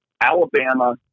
Alabama